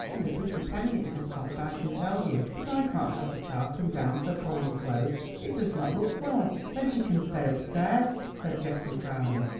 and a pretty penny it has cost, i can tell you. but i can't have the child come down so poorly clothed, it does not look well. then she can stay upstairs, said geoffrey frowning.